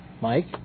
Mike